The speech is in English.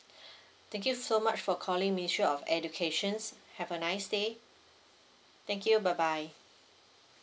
thank you so much for calling ministry of educations have a nice day thank you bye bye